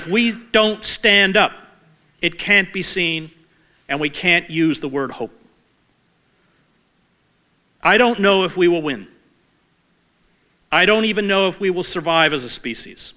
if we don't stand up it can't be seen and we can't use the word hope i don't know if we will win i don't even know if we will survive as a species